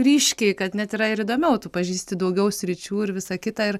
ryškiai kad net yra ir įdomiau tu pažįsti daugiau sričių ir visa kita ir